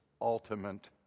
ultimate